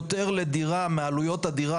לטפל בבעיה עם כלים שמתאימים לגודלה.